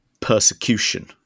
persecution